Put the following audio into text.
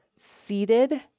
seated